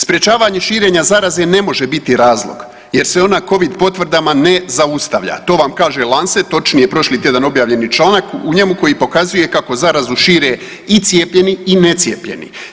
Sprječavanje širenja zaraze ne može biti razlog jer se ona Covid potvrdama ne zaustavlja to vam kaže Lancet točnije prošli tjedan objavljeni članak u njemu koji pokazuje kako zarazu šire i cijepljeni i necijepljeni.